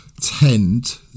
tend